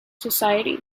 society